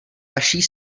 vaší